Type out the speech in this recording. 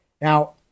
Now